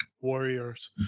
warriors